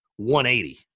180